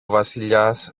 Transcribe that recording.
βασιλιάς